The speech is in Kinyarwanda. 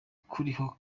kuriho